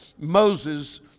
Moses